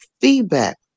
feedback